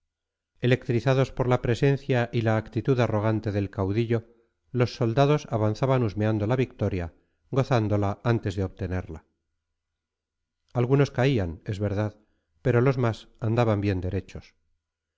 electrizados por la presencia y la actitud arrogante del caudillo los soldados avanzaban husmeando la victoria gozándola antes de obtenerla algunos caían es verdad pero los más andaban bien derechos